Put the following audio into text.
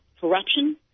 Corruption